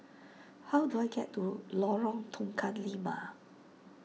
how do I get to Lorong Tukang Lima